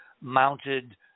mounted